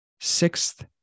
Sixth